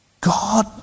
God